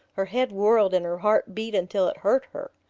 her head whirled and her heart beat until it hurt her.